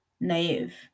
naive